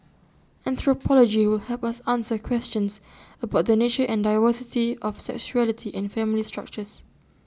anthropology will help us answer questions about the nature and diversity of sexuality and family structures